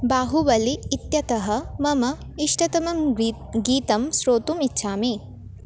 बाहुबलिः इत्यतः मम इष्टतमं ग्वि गीतं श्रोतुम् इच्छामि